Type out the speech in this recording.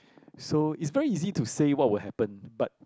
so it's very easy to say what will happen but